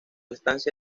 estancia